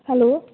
hello